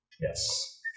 Yes